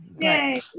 Yay